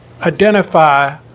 identify